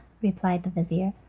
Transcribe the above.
replied the vizir,